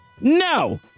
no